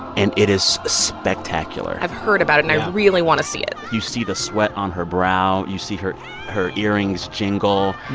and it is spectacular i've heard about it yeah and i really want to see it you see the sweat on her brow. you see her her earrings jingle.